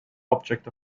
object